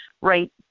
right